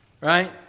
Right